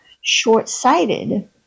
short-sighted